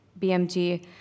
BMG